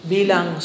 Bilang